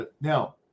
now